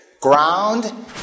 Ground